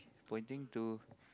pointing to